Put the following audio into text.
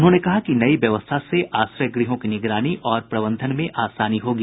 उन्होंने कहा कि नई व्यवस्था से आश्रय गृहों की निगरानी और प्रबंधन में आसानी होगी